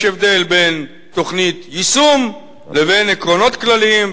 יש הבדל בין תוכנית יישום לבין עקרונות כלליים,